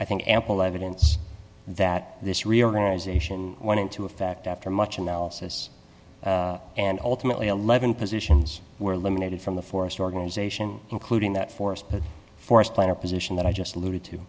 i think ample evidence that this reorganization went into effect after much analysis and ultimately eleven positions were eliminated from the forest organization including that forest forest planner position that i just alluded to